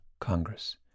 Congress